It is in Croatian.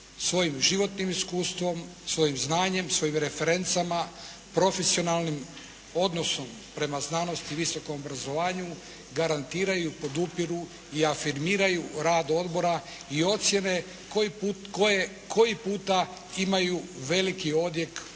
svojim životnim ikustvom, svojim znanjem, svojim referencama, profesionalnim odnosom prema znanosti i visokom obrazovanju garantiraju i podupiru i afirmiraju rad odbora i ocjene koje koji puta imaju veliki odjek u